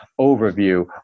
overview